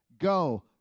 Go